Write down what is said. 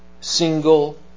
single